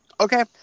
Okay